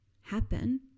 happen